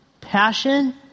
passion